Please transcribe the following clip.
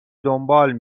دنبال